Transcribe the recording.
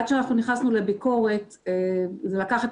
עד שאנחנו נכנסנו לביקורת זה לקח את את